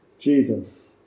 Jesus